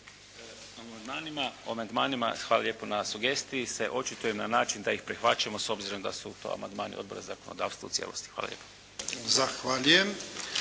O amandmanima, hvala lijepo na sugestiji se očitujem na način da ih prihvaćam s obzirom da su to amandmani Odbora za zakonodavstvo u cijelosti. **Jarnjak, Ivan (HDZ)** Zahvaljujem.